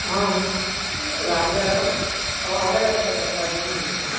आं राजाराम हय हय राजाराम उलयता